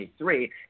23